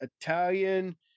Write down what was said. Italian